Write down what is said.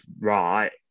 right